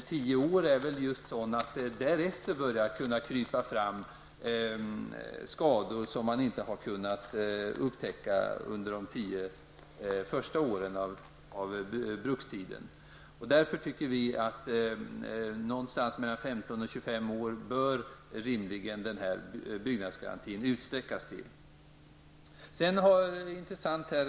Vanligtvis är det just efter 10 år som den här typen av skador börjar krypa fram, och därför menar vi att det vore rimligt att garantitidens längd utsträcks till 15--25 år.